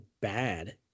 bad